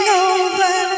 over